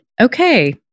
okay